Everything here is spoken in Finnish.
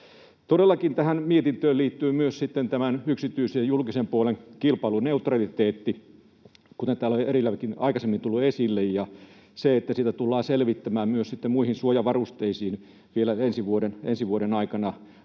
Todellakin tähän mietintöön liittyy myös sitten yksityisen ja julkisen puolen kilpailuneutraliteetti, kuten täällä on edelläkin tullut esille. Sitä tullaan selvittämään myös sitten muihin suojavarusteisiin liittyen vielä ensi vuoden aikana,